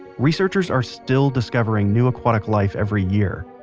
researchers are still discovering new aquatic life every year.